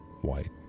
white